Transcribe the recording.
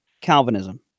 Calvinism